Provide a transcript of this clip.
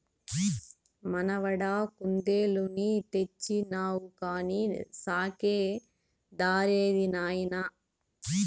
మనవడా కుందేలుని తెచ్చినావు కానీ సాకే దారేది నాయనా